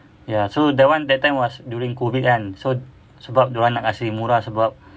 ya so that one that time was during COVID kan so sebab dia orang nak kasih murah sebab